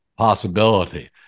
possibility